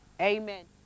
Amen